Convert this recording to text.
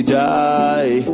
die